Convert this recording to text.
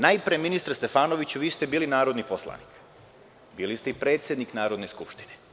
Najpre, ministre Stefanoviću, vi ste bili narodni poslanik, bili ste i predsednik Narodne skupštine.